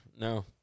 no